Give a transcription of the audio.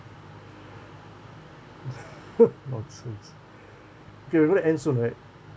nonsense okay we're gonna end soon right